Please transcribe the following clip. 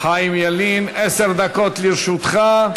חיים ילין, עשר דקות לרשותך.